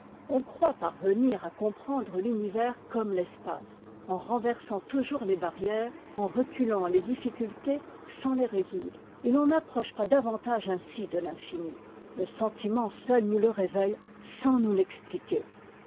on croit parvenir à comprendre l'univers comme l'espace en renversant toujours les barrières en reculant les difficultés sans les résoudre et l'on n'approche pas davantage ainsi de l'infini le sentiment seul nous le révèle sans nous l'expliquer